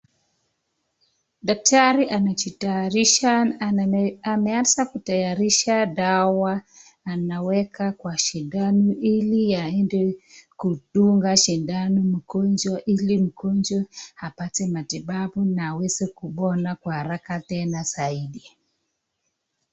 Daktari anajitayarisha ameanza kutayarisha dawa anaweka kwa sindano ili aende kudunga sindano mgonjwa ili mgonjwa apate matibabu na aweze kupona kwa haraka tena zaidi.